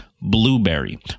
blueberry